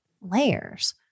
layers